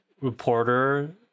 reporter